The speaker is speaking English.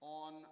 on